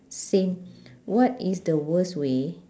same what is the worst way